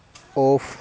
of